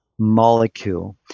molecule